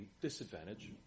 disadvantage